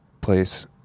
place